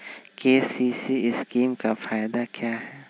KCC scheme का फायदा क्या है?